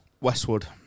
Westwood